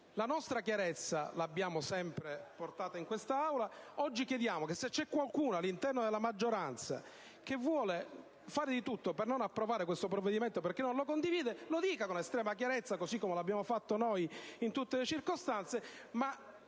posizione chiara l'abbiamo sempre manifestata in quest'Aula: oggi chiediamo che se c'è qualcuno all'interno della maggioranza che vuole fare di tutto per non approvare questo provvedimento, perché non lo condivide, lo dica con estrema chiarezza, così come abbiamo fatto noi in tutte le circostanze.